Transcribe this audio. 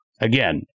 Again